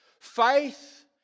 Faith